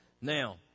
Now